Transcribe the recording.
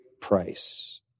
price